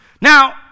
Now